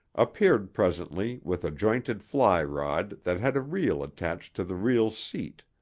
appeared presently with a jointed fly rod that had a reel attached to the reel seat.